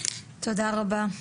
תודה רבה.